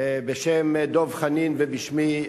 בשם דב חנין ובשמי,